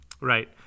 Right